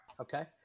Okay